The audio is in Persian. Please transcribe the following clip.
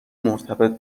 مرتبط